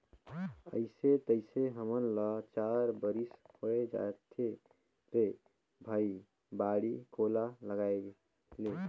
अइसे तइसे हमन ल चार बरिस होए जाथे रे भई बाड़ी कोला लगायेले